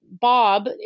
Bob